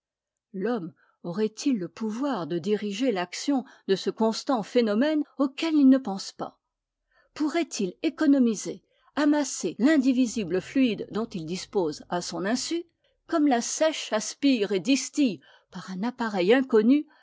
l'homme aurait-il le pouvoir de diriger l'action de ce constant phénomène auquel il ne pense pas pourrait-il économiser amasser l'indivisible fluide dont il dispose à son insu comme la seiche aspire et distille par un appareil inconnu